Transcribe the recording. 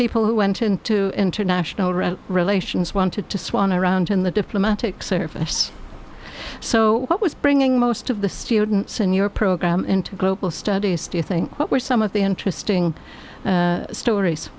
people who went into international red relations wanted to swan around in the diplomatic service so what was bringing most of the students in your program into global studies do you think what were some of the interesting stories